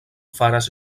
faras